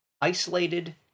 isolated